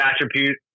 attribute